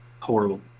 Horrible